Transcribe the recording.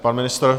Pan ministr?